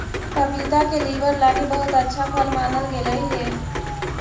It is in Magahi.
पपीता के लीवर लागी बहुत अच्छा फल मानल गेलई हे